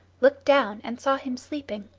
looked down and saw him sleeping.